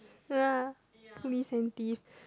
ya police and thief